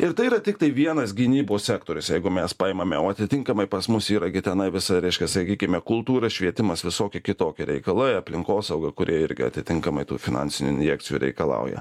ir tai yra tiktai vienas gynybos sektorius jeigu mes paimame o atitinkamai pas mus yra gi tenai visa reiškia sakykime kultūra švietimas visokie kitokie reikalai aplinkosauga kuri irgi atitinkamai tų finansinių injekcijų reikalauja